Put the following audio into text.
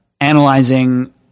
analyzing